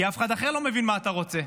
כי אף אחד אחר לא מבין מה אתה רוצה.